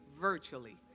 virtually